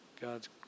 God's